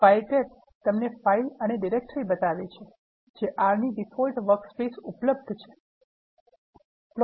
file tab તમને file અને directory બતાવે છે જે R ની default વર્કસ્પેસમાં ઉપલબ્ધ છે